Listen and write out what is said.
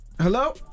Hello